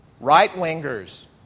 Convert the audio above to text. Right-wingers